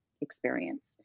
experience